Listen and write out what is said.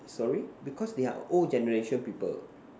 sorry because they are old generation people